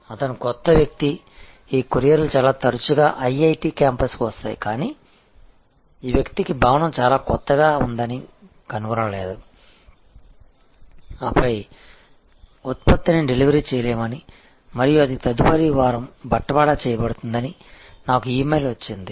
అతను కొత్త వ్యక్తి ఈ కొరియర్లు చాలా తరచుగా ఐఐటి క్యాంపస్కు వస్తాయి కానీ ఈ వ్యక్తికి భవనం చాలా కొత్తగా ఉందని కనుగొనలేదు ఆపై ఉత్పత్తిని డెలివరీ చేయలేమని మరియు అది తదుపరి వారం బట్వాడా చేయబడుతుందని నాకు ఇమెయిల్ వచ్చింది